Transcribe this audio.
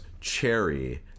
Cherry